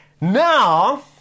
Now